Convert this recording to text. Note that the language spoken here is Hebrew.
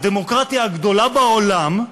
הדמוקרטיה הגדולה בעולם,